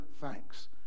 thanks